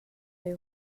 they